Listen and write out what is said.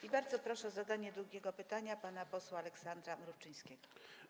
I bardzo proszę o zadanie drugiego pytania pana posła Aleksandra Mrówczyńskiego.